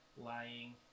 lying